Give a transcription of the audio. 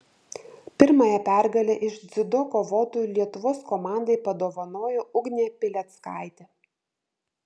pirmąją pergalę iš dziudo kovotojų lietuvos komandai padovanojo ugnė pileckaitė